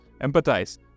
empathize